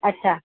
ଆଚ୍ଛା